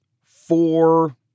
four